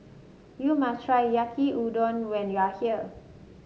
you must try Yaki Udon when you are here